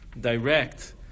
direct